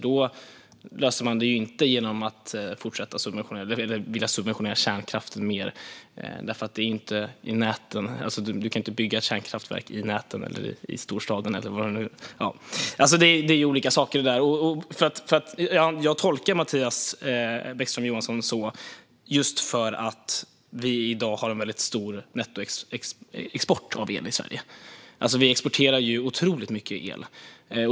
Då löser man det inte genom att vilja subventionera kärnkraften mer. Man kan inte bygga kärnkraftverk i storstaden. Det är alltså olika saker. Jag tolkar Mattias Bäckström Johansson på det sättet just för att vi i dag har en mycket stor nettoexport av el i Sverige. Vi exporterar otroligt mycket el.